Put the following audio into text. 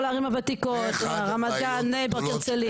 כל הערים הוותיקות, רמת גן, בני ברק, הרצליה.